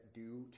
due